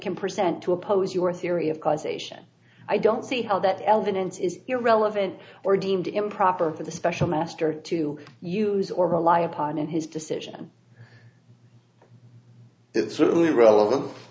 can present to oppose your theory of causation i don't see how that evidence is irrelevant or deemed improper for the special master to use or rely upon in his decision it's certainly relevan